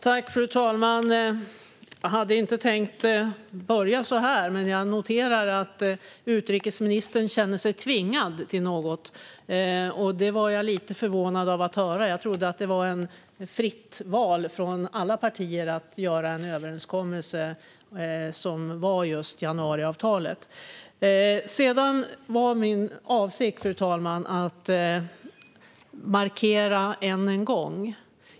Fru talman! Jag hade inte tänkt börja så här, men jag noterar att utrikesministern känner sig tvingad till något. Det blev jag lite förvånad över att höra. Jag trodde att det var ett fritt val för alla partier att träffa en överenskommelse som just januariavtalet. Fru talman!